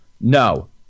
no